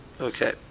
Okay